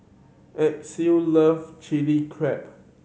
Azzie love Chilli Crab